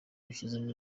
bishyizemo